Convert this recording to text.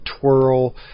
twirl